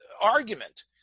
argument